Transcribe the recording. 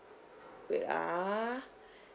wait ah